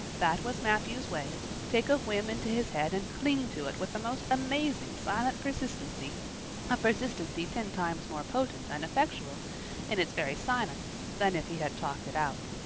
that was matthew's way take a whim into his head and cling to it with the most amazing silent persistency a persistency ten times more potent and effectual in its very silence than if he had talked it out.